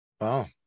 Wow